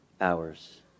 hours